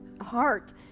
heart